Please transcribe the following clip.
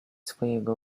swego